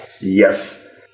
Yes